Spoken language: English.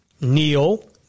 kneel